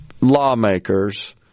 lawmakers